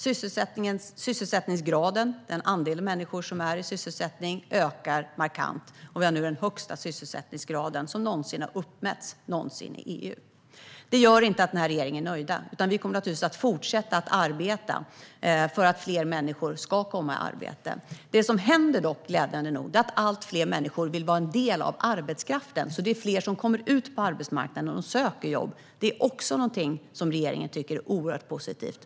Sysselsättningsgraden - den andel av människorna som är i sysselsättning - ökar markant, och vi har nu den högsta sysselsättningsgrad som någonsin har uppmätts i EU. Detta gör inte att denna regering är nöjd, utan vi kommer naturligtvis att fortsätta att arbeta för att fler människor ska komma i arbete. Det som dock glädjande nog händer är att allt fler människor vill vara en del av arbetskraften. Det är därför fler som söker jobb på arbetsmarknaden. Det är också någonting som regeringen tycker är oerhört positivt.